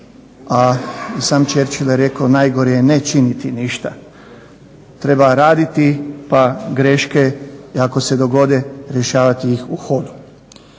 a sam Churchill je rekao najgore je ne činiti ništa. Treba raditi pa greške i ako se dogode rješavati ih u hodu.